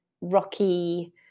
rocky